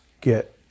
get